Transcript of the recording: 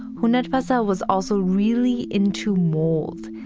hundertwasser was also really into mold,